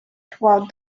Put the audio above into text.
throughout